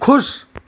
खुश